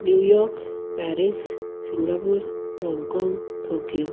New York Paris Singapore Hong Kong Tokyo